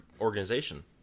organization